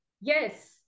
Yes